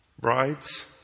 Brides